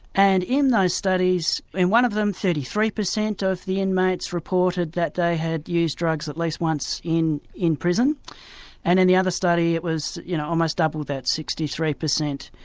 and in those studies in one of them thirty three percent of the inmates reported that they had used drugs at least once in in prison and in the other study it was you know almost double that, sixty three percent.